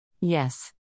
Yes